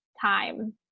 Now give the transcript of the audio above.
time